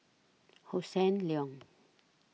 Hossan Leong